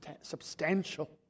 substantial